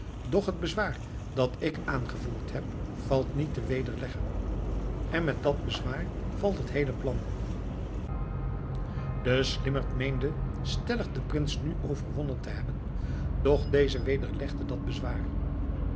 doch het bezwaar dat ik aangevoerd heb valt niet te wederleggen en met dat bezwaar valt het heele plan de slimmerd meende stellig den prins nu overwonnen te hebben doch deze wederlegde dat bezwaar